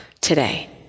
today